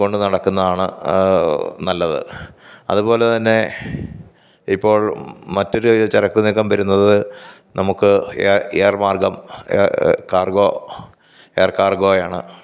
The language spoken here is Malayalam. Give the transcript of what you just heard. കൊണ്ടുനടക്കുന്നതാണ് നല്ലത് അതുപോലെതന്നെ ഇപ്പോൾ മറ്റൊരു ചരക്കു നീക്കം വരുന്നത് നമുക്ക് ഏയർ മാർഗം കാർഗോ ഏയർ കാർഗോയാണ്